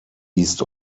east